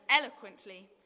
eloquently